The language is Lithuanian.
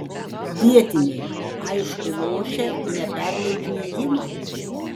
vietiniai aišku lošia ne perleidžiu ėjimą